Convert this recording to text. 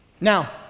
Now